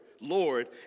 Lord